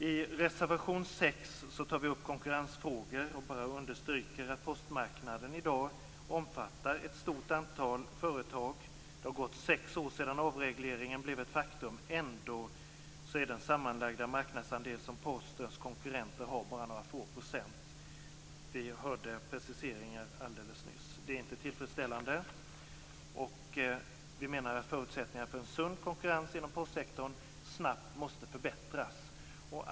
I reservation 6 tar vi upp konkurrensfrågor och understryker att postmarknaden i dag omfattar ett stort antal företag. Det har gått sex år sedan avregleringen blev ett faktum. Ändå är Postens konkurrenters sammanlagda marknadsandel bara några få procent. Vi hörde preciseringar alldeles nyss. Detta är inte tillfredsställande. Vi menar att förutsättningarna för en sund konkurrens inom postsektorn snabbt måste förbättras.